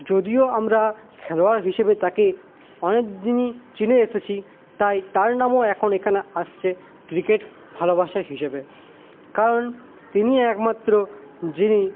যদিও আমরা খেলোয়াড় হিসেবে তাকে অনেকদিনই চিনে এসেছি তাই তার নামও এখন এখানে আসছে ক্রিকেট ভালোবাসা হিসেবে কারণ তিনি একমাত্র যিনি